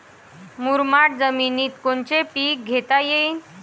मुरमाड जमिनीत कोनचे पीकं घेता येईन?